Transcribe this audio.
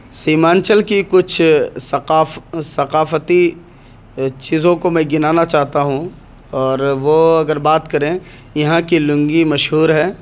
سیمانچل کی کچھ ثقافتی چیزوں کو میں گنانا چاہتا ہوں اور وہ اگر بات کریں یہاں کی لنگی مشہور ہے